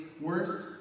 worse